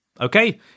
Okay